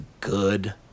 good